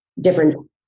different